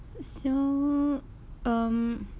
so um